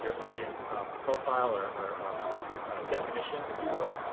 your audience profile or or definition, if you will.